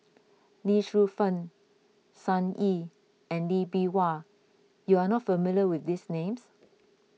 Lee Shu Fen Sun Yee and Lee Bee Wah you are not familiar with these names